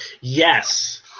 Yes